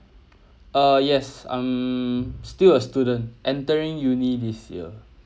uh yes I'm still a student entering university this year